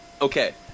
Okay